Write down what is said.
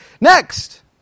Next